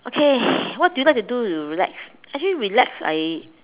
okay what do you like to do to relax actually relax I